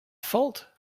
fault